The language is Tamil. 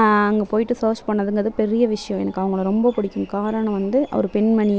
அங்கே போய்விட்டு சர்ச் பண்ணுறதுங்கறது பெரிய விஷயம் எனக்கு அவங்கள ரொம்ப பிடிக்கும் காரணம் வந்து ஒரு பெண்மணி